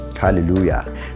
Hallelujah